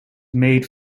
made